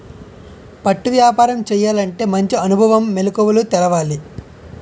పట్టు వ్యాపారం చేయాలంటే మంచి అనుభవం, మెలకువలు తెలవాలి